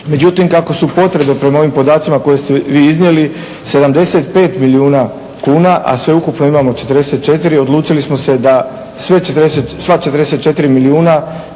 Međutim, kako su potrebe prema ovim podacima koje ste vi iznijeli 75 milijuna kuna, a sveukupno imamo 44 odlučili smo se da sva 44 milijuna